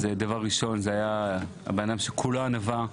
אז דבר ראשון, הוא היה בן אדם שכולו ענווה.